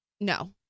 No